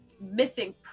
missing